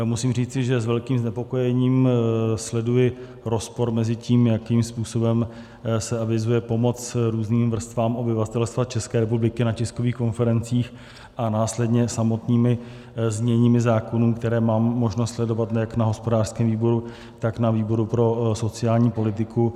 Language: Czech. Musím říct, že s velkým znepokojením sleduji rozpor mezi tím, jakým způsobem se avizuje pomoc různým vrstvám obyvatelstva České republiky na tiskových konferencích, a následně samotnými zněními zákonů, které mám možnost sledovat jak na hospodářském výboru, tak na výboru pro sociální politiku.